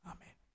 Amen